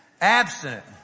abstinent